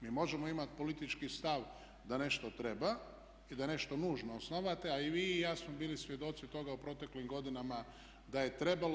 Mi možemo imati politički stav da nešto treba i da je nešto nužno osnovati, a i vi i ja smo bili svjedoci toga u proteklim godinama da je trebalo.